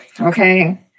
Okay